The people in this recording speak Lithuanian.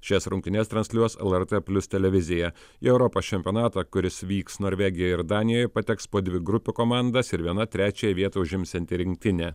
šias rungtynes transliuos lrt plius televizija į europos čempionatą kuris vyks norvegijoj ir danijoj pateks po dvi grupių komandas ir viena trečiąją vietą užimsianti rinktinė